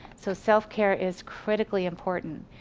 so self-care is critically important.